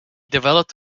developed